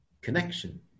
connection